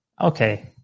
Okay